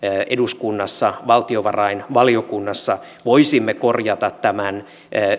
eduskunnassa valtiovarainvaliokunnassa voisimme korjata tämän